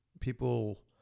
people